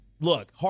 look